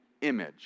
image